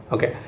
Okay